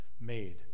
made